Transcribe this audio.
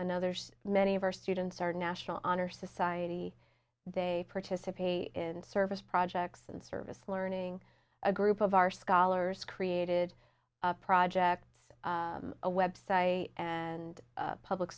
another so many of our students are national honor society they participate in service projects and service learning a group of our scholars created projects a website and public